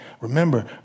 Remember